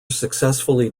successfully